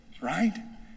right